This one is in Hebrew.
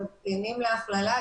תבחינים להכללה,